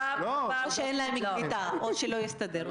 הפעם --- שאין להם קליטה או שלא הסתדר,